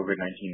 COVID-19